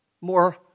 more